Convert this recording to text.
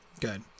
good